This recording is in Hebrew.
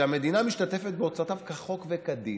שהמדינה משתתפת בהוצאותיו כחוק וכדין,